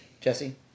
Jesse